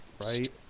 Right